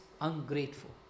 ungrateful